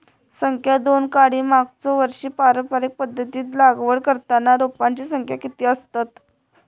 संख्या दोन काडी मागचो वर्षी पारंपरिक पध्दतीत लागवड करताना रोपांची संख्या किती आसतत?